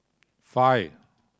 five